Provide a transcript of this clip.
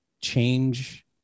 change